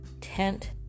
tent